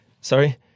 Sorry